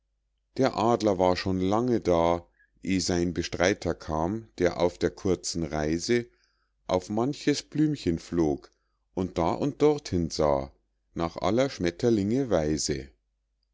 der adler war schon lange da eh sein bestreiter kam der auf der kurzen reise auf manches blümchen flog und da und dorthin sah nach aller schmetterlinge weise